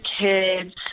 kids